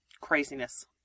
craziness